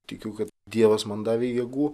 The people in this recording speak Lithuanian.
tikiu kad dievas man davė jėgų